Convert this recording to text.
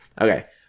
Okay